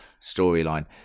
storyline